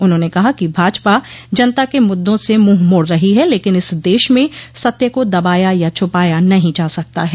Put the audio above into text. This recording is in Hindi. उन्होंने कहा कि भाजपा जनता के मुद्दों से मुंह मोड़ रही है लेकिन इस देश में सत्य को दबाया या छुपाया नहीं जा सकता है